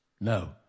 No